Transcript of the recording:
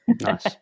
Nice